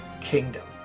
kingdom